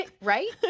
right